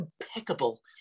impeccable